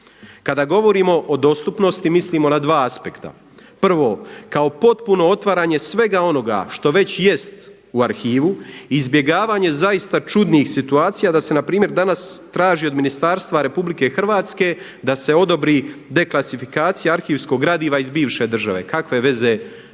Kada govorimo o dostupnosti mislimo na dva aspekta. Prvo kao potpuno otvaranje svega onoga što već jest u arhivu, izbjegavanje zaista čudnih situacija, da se na primjer danas traži od Ministarstva Republike Hrvatske da se odobri deklasifikacija arhivskog gradiva iz bivše države. Kakve veze